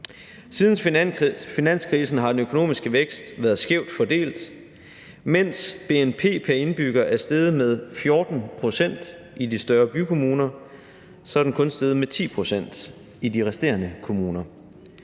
Siden finanskrisen har den økonomiske vækst været skævt fordelt. Mens bnp pr. indbygger er steget med 14 pct. i de større bykommuner, er den kun steget med 10 pct. i de resterende kommuner.